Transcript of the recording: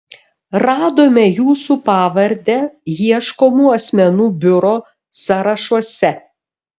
radome jūsų pavardę ieškomų asmenų biuro sąrašuose